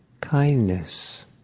kindness